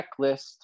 checklist